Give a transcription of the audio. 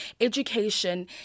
education